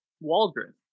Waldron